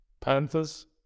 Panthers